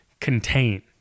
contain